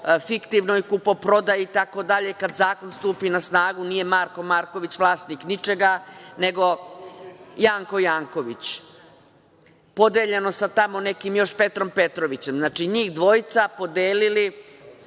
fiktivnoj kupoprodaji itd, kad zakon stupi na snagu, nije Marko Marković vlasnik ničega, nego Janko Janković, podeljeno sa tamo nekim još Petrom Petrovićem. Znači, njih dvojica podelili,